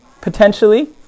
potentially